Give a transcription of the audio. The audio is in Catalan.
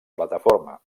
plataforma